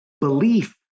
belief